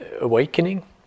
awakening